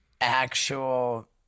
actual